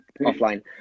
offline